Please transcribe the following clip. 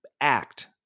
act